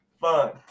Fun